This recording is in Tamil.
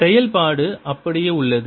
செயல்பாடு அப்படியே உள்ளது